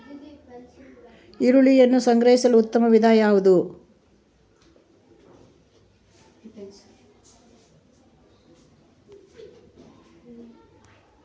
ಈರುಳ್ಳಿಯನ್ನು ಸಂಗ್ರಹಿಸಲು ಉತ್ತಮ ವಿಧಾನ ಯಾವುದು?